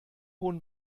hohen